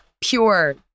pure